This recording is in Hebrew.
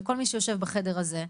לכל מי שיושב בחדר הזה,